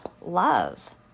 love